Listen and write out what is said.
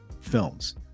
films